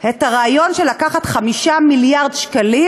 את הרעיון של לקחת 5 מיליארד שקלים